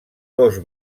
dos